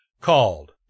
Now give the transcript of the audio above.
called